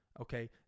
Okay